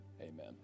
Amen